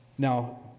Now